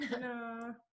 No